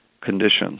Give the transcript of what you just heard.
conditions